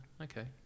okay